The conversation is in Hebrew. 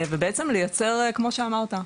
ובעצם לייצר כמו שאמרת,